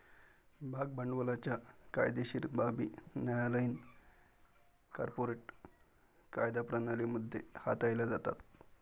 भाग भांडवलाच्या कायदेशीर बाबी न्यायालयीन कॉर्पोरेट कायदा प्रणाली मध्ये हाताळल्या जातात